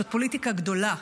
זאת פוליטיקה גדולה.